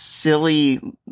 silly